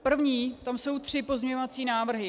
První tam jsou tři pozměňovací návrhy.